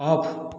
of